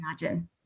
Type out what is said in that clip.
imagine